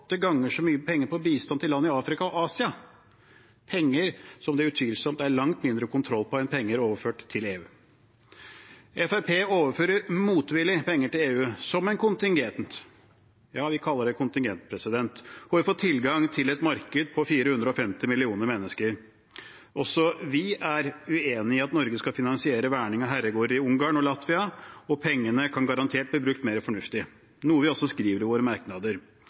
ganger så mye penger på bistand til land i Afrika og Asia – penger som det utvilsomt er langt mindre kontroll på enn penger overført til EU. Fremskrittspartiet overfører motvillig penger til EU som en kontingent – ja, vi kaller det en kontingent – som gir oss tilgang til et marked på 450 millioner mennesker. Også vi er uenig i at Norge skal finansiere verning av herregårder i Ungarn og Latvia. Pengene kan garantert bli brukt mer fornuftig, noe vi også skriver i våre merknader.